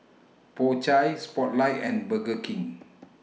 Po Chai Spotlight and Burger King